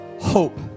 hope